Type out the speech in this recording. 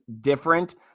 different